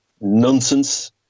nonsense